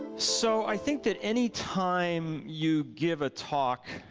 so i think that any time you give a talk